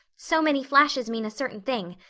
so many flashes mean a certain thing.